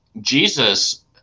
Jesus